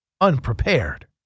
unprepared